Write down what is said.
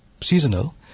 seasonal